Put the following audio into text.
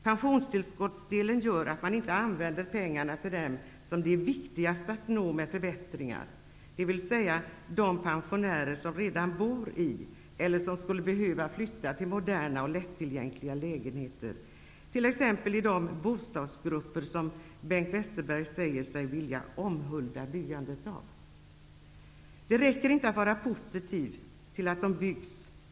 Pensionstillskottsdelen gör att man inte använder pengarna till dem som det är viktigast att nå med förbättringar, dvs. de pensionärer som redan bor i eller som skulle behöva flytta till moderna och lättillgängliga lägenheter, t.ex. i de bostadsgrupper som Bengt Westerberg säger sig vilja omhulda byggandet av. Det räcker inte att vara positiv till att de byggs.